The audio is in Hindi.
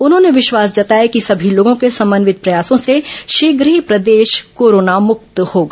उन्होंने विश्वास जताया कि समी लोगों के समन्वित प्रयासों से शीघ्र ही प्रदेश कोरोना मुक्त होगा